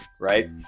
right